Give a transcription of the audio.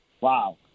Wow